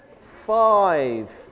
five